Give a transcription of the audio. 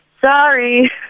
Sorry